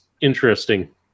interesting